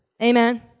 Amen